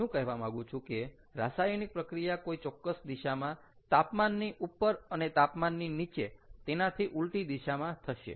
હું શું કહેવા માગું છું કે રાસાયણિક પ્રક્રિયા કોઈ ચોક્કસ દિશામાં તાપમાનની ઉપર અને તાપમાનની નીચે તેનાથી ઉલટી દિશામાં થશે